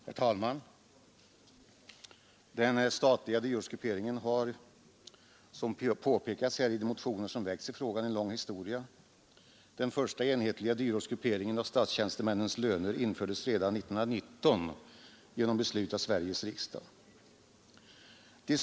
Herr talman! Den statliga dyrortsgrupperingen har, som påpekats i de motioner som väckts i frågan, en lång historia. Den första enhetliga dyrortsgrupperingen av statstjänstemännens löner infördes redan 1919 genom beslut av Sveriges riksdag.